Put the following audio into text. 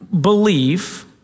believe